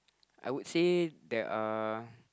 I would say there are